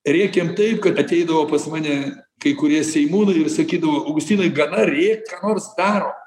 rėkėm taip kad ateidavo pas mane kai kurie seimūnai ir sakydavo augustinai gana rėkt ką nors darom